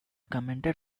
commented